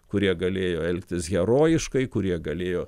kurie galėjo elgtis herojiškai kurie galėjo